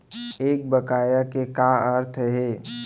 एक बकाया के का अर्थ हे?